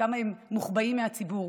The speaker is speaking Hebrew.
כמה הם מוחבאים מהציבור,